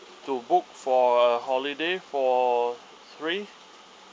to book for a holiday for three